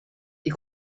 die